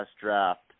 draft